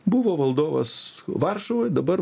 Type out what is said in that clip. buvo valdovas varšuvoj dabar